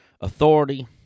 authority